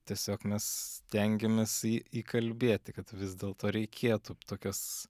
tiesiog mes stengiamės jį įkalbėti kad vis dėlto reikėtų tokias